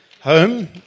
home